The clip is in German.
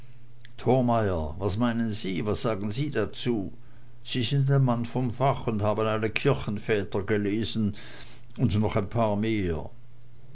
thormeyer was meinen sie was sagen sie dazu sie sind ein mann von fach und haben alle kirchenväter gelesen und noch ein paar mehr